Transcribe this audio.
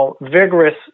vigorous